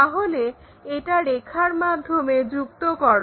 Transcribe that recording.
তাহলে এটা রেখার মাধ্যমে যুক্ত করো